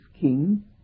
king